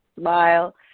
smile